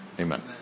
Amen